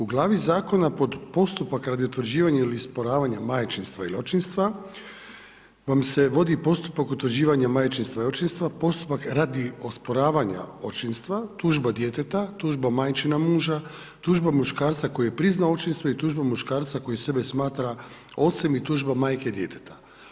U glavi zakona pod postupak radi utvrđivanja ili osporavanja majčinstva ili očinstva vam se vodi postupak utvrđivanja majčinstva ili očinstva, postupak radi osporavanja očinstva, tužba djeteta, tužba majčina muža, tužba muškarca koji je priznao očinstvo i tužba muškarca koji sebe smatra ocem i tužba majke djeteta.